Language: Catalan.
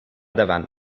davant